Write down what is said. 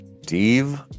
Steve